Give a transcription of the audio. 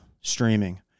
Streaming